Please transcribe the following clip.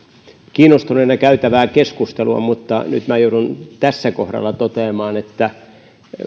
kiinnostuneena käytävää keskustelua mutta nyt minä joudun tässä kohdassa toteamaan että